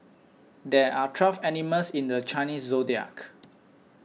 there are twelve animals in the Chinese zodiac